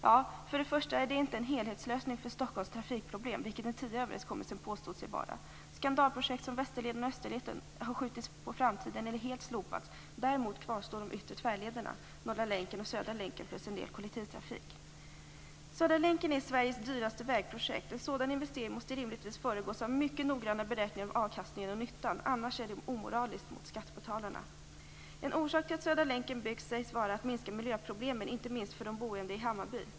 Ja, först och främst är det inte en helhetslösning för Stockholms trafikproblem, vilket den tidigare överenskommelsen påstod sig vara. Skandalprojekt, som Västerleden och Österleden, har skjutits på framtiden eller helt slopats. Däremot kvarstår de yttre tvärlederna, Norra länken och Södra länken, plus en del kollektivtrafik. Södra länken är Sveriges dyraste vägprojekt. En sådan investering måste rimligtvis föregås av mycket noggranna beräkningar av avkastningen och nyttan. Annars är det omoraliskt mot skattebetalarna. En orsak till att Södra länken byggs sägs vara att minska miljöproblemen, inte minst för de boende i Hammarby.